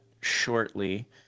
shortly